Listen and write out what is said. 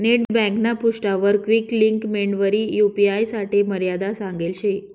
net ब्यांकना पृष्ठावर quick links मेंडवरी यू.पी.आय साठे मर्यादा सांगेल शे